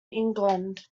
england